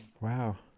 Wow